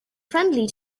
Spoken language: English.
friendly